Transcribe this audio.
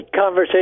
conversation